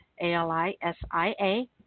A-L-I-S-I-A